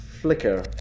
flicker